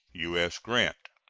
u s. grant.